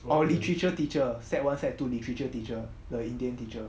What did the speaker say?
our literature teacher sec one sec two literature teacher the indian teacher